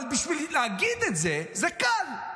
אבל להגיד את זה, זה קל,